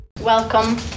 Welcome